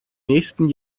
nächsten